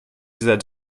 dieser